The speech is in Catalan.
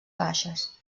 baixes